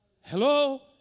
Hello